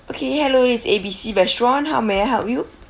okay hello this is A_B_C restaurant how may I help you